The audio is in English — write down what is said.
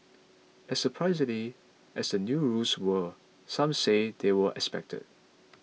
as surprising as the new rules were some say they were expected